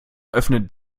öffnet